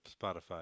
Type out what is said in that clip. Spotify